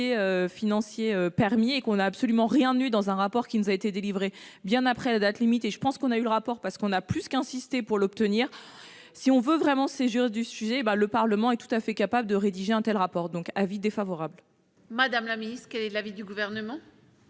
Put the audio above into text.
financiers permis et qu'on n'a absolument rien eu dans un rapport qui nous a été délivrée, bien après la date limite, et je pense qu'on a eu le rapport parce qu'on n'a plus qu'insister pour l'obtenir, si on veut vraiment séjour du sujet ben le Parlement est tout à fait capable de rédiger un telle rapporte donc avis défavorable. Madame la Ministre, quel est l'avis du gouvernement.